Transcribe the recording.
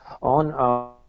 on